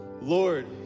Lord